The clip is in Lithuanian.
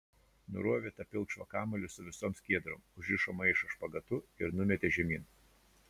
nurovė tą pilkšvą kamuolį su visom skiedrom užrišo maišą špagatu ir numetė žemyn